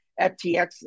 FTX